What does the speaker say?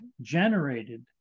generated